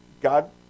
God